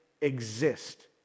exist